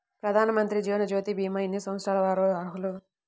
ప్రధానమంత్రి జీవనజ్యోతి భీమా ఎన్ని సంవత్సరాల వారు అర్హులు?